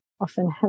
often